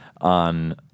on